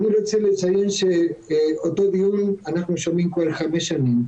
אני רוצה לציין שאותו דיון אנחנו שומעים כבר חמש שנים,